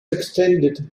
extended